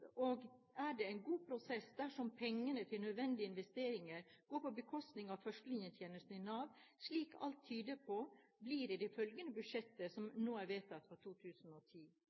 prosess dersom penger til nødvendige investeringer går på bekostning av førstelinjetjenesten i Nav, slik alt tyder på blir følgene av det budsjettet som nå er vedtatt